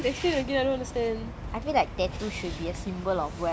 haha what that doesn't make sense actually I cannot understand